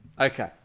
Okay